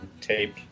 tape